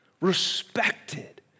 respected